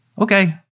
Okay